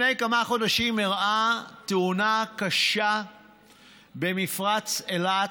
לפני כמה חודשים אירעה תאונה קשה במפרץ אילת.